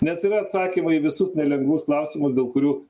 nes yra atsakymai į visus nelengvus klausimus dėl kurių